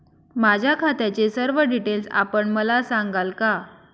माझ्या खात्याचे सर्व डिटेल्स आपण मला सांगाल का?